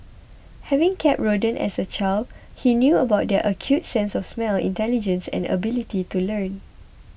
having kept rodents as a child he knew about their acute sense of smell intelligence and ability to learn